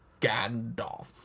Gandalf